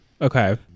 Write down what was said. okay